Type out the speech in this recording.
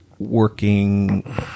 Working